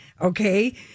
okay